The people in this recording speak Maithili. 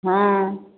हँ